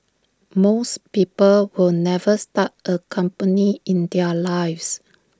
most people will never start A company in their lives